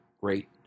great